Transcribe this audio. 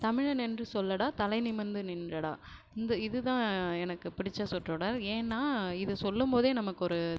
தமிழன் என்று சொல்லடா தலை நிமிர்ந்து நில்லடா இந்த இது தான் எனக்கு பிடித்த சொற்றொடர் ஏன்னால் இதை சொல்லும்போதே நமக்கொரு